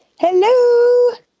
Hello